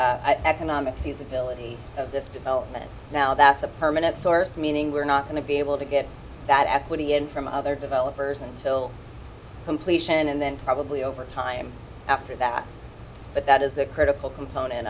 the economic feasibility of this development now that's a permanent source meaning we're not going to be able to get that equity in from other developers until completion and then probably over time after that but that is a critical component